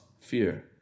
fear